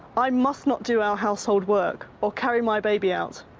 i must not do our household work or carry my baby out,